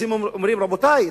אז הם אומרים: רבותי,